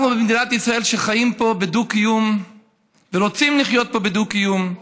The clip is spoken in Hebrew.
אנחנו במדינת ישראל שחיים פה בדו-קיום ורוצים לחיות פה בדו-קיום,